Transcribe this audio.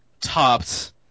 topped